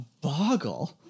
boggle